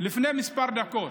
לפני כמה דקות,